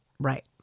Right